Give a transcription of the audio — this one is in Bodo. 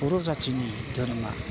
बर' जाथिनि धोरोमआ